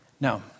Now